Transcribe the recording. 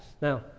Now